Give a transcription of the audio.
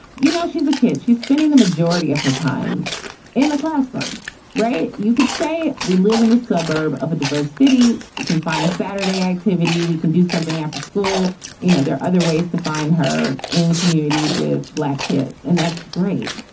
you know, she's a kid. she's spending the majority of her time in the classroom right. you could say we live in the suburb of a diverse city. we can find a saturday activity. we can do something after school you know, there are other ways to find her in community with black kids, and that's great.